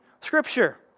Scripture